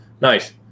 nice